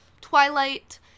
Twilight